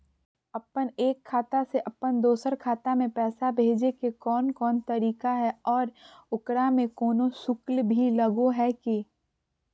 अपन एक खाता से अपन दोसर खाता में पैसा भेजे के कौन कौन तरीका है और ओकरा में कोनो शुक्ल भी लगो है की?